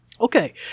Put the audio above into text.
Okay